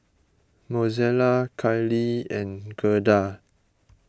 Mozella Kylie and Gerda